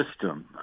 system